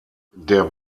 der